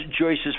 Joyce's